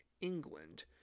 England